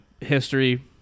history